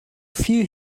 viel